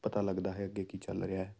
ਪਤਾ ਲੱਗਦਾ ਹੈ ਅੱਗੇ ਕੀ ਚੱਲ ਰਿਹਾ